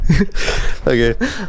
okay